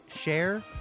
share